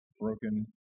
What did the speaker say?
broken